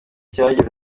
cyageze